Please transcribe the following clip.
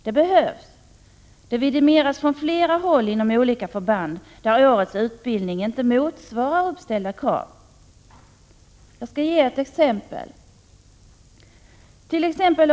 Det behövs — det vidimeras från flera håll inom olika förband, där årets utbildning inte motsvarar uppställda krav. Jag skall ge ett exempel.